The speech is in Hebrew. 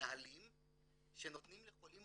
שניתחו אותי,